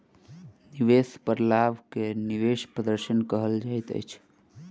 निवेश पर लाभ के निवेश प्रदर्शन कहल जाइत अछि